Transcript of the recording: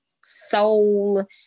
soul